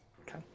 Okay